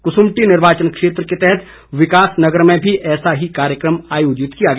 कसुम्पटी निर्वाचन क्षेत्र के तहत विकासनगर में भी ऐसा ही कार्यक्रम आयोजित किया गया